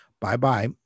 Bye-bye